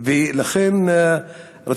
עומדים שם בתורים.